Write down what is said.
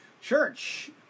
Church